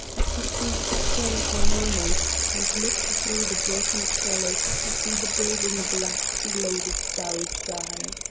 as he ceased his playing for a moment and looked through the broken trellis to see the building black below the starry sky.